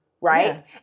Right